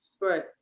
Right